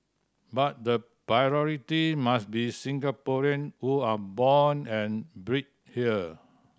but the priority must be Singaporean who are born and bred here